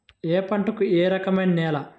ఏ పంటకు ఏ రకమైన నేల?